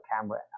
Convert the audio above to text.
camera